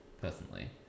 personally